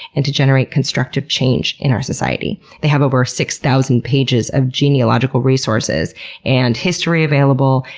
and to generate constructive change in our society. they have over six thousand pages of genealogical resources and history available,